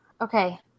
Okay